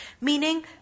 Meaning